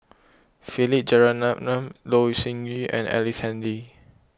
Philip Jeyaretnam Loh Sin Yun and Ellice Handy